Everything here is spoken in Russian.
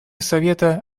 совета